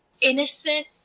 innocent